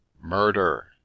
Murder